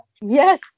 Yes